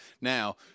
Now